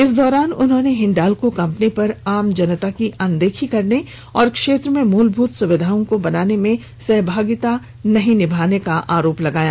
इस दौरान उन्होंने हिंडाल्को कंपनी पर आम जनता की अनदेखी करने और क्षेत्र में मुलभृत सुविधाओं को बनाने में सहभागिता नहीं निभाने का आरोप लगाया